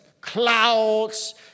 clouds